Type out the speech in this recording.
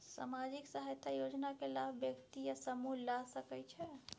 सामाजिक सहायता योजना के लाभ व्यक्ति या समूह ला सकै छै?